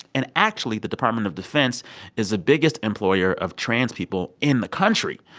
and actually, the department of defense is the biggest employer of trans people in the country.